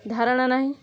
ଧାରଣା ନାହିଁ